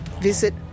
visit